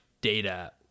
data